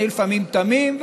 אני לפעמים תמים,